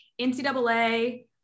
NCAA